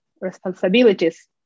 responsibilities